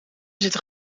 zitten